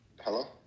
Hello